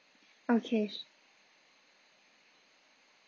okay